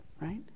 right